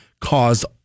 Caused